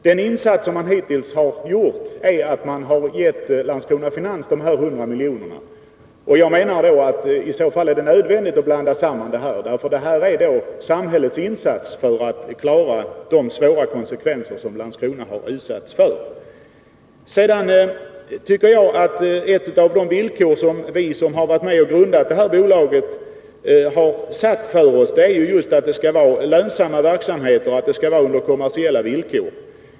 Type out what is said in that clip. Den insats som samhället hittills har gjort är att ge Landskrona Finans 100 milj.kr. för att klara de svåra konsekvenser som Landskrona har utsatts för. Vi som har varit med och grundat det här bolaget har satt upp just det villkoret att det skall vara lönsamma verksamheter som bedrivs under kommersiella förhållanden.